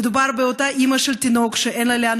מדובר באותה אימא של תינוק שאין לה לאן